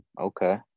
Okay